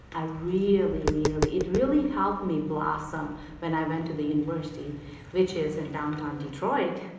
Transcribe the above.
i really, really, it really helped me blossom when i went to the university which is in downtown detroit,